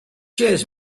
cheers